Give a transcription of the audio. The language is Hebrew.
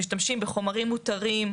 משתמשים בחומרים מותרים,